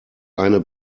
eine